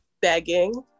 begging